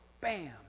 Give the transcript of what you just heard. Bam